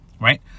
right